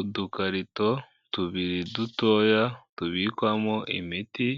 Udukarito tubiri dutoya tubikwamo imiti,